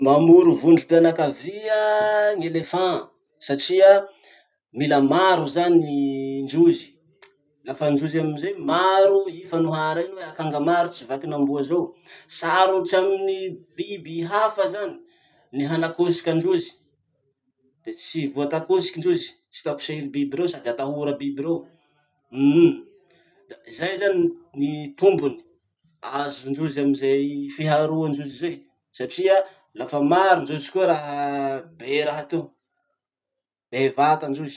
Mamoro vondrom-pianakavia gn'elephants satria mila maro zany ndrozy. Lafa ndrozy amizay maro, i fanohara iny hoe 'Akanga maro tsy vakin'amboa' zao. Sarotsy amin'ny biby hafa zany ny hanakosiky androzy, tsy voatakosiky ndrozy, tsy takosehy biby reo sady atahora biby reo. Uhm uhm, zay zany ny tombony azondrozy amizay fiharoandrozy zay satria lafa maro, ndrozy koa raha be raha teo, be vata ndrozy.